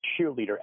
cheerleader